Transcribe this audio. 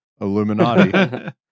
Illuminati